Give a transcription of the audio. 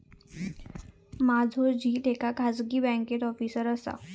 माझो झिल एका खाजगी बँकेत ऑफिसर असा